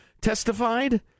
testified